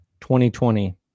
2020